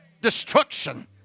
destruction